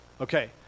Okay